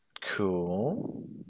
Cool